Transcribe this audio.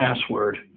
password